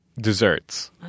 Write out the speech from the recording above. desserts